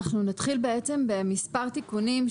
אנחנו נתחיל בכמה תיקונים,